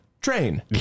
train